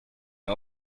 est